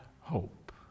hope